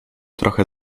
trochę